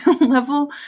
level